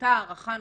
אותה הארכה נוספת.